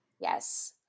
Yes